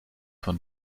von